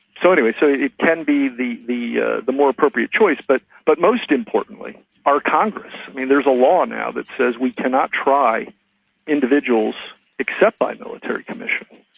so anyway, so it can be the be yeah the more appropriate choice, but but most importantly our congress. i mean, there's a law now that says we cannot try individuals except by military commission,